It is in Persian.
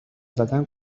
زدن